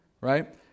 right